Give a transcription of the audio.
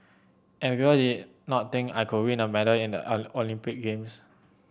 and people not think I could win a medal in the Olympic games